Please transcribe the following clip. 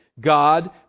God